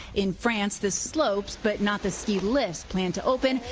in france, the slopes, but not the ski lift, plan to open.